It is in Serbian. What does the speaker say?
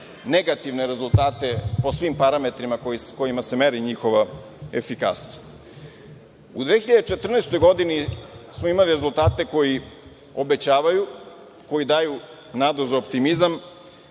negativne rezultate po svim parametrima kojima se meri njihova efikasnost.U 2014. godini smo imali rezultate koji obećavaju, koji daju nadu za optimizam.